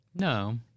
No